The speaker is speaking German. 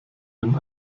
den